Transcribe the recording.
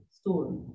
story